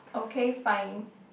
okay fine